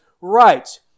right